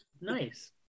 nice